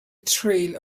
trail